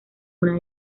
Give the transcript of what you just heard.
una